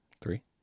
Three